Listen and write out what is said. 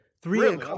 Three